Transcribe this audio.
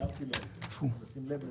צריך לשים לב לזה.